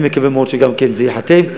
אני מקווה מאוד שגם זה ייחתם,